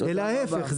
אלא להיפך,